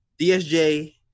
DSJ